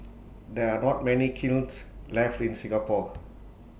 there are not many kilns left in Singapore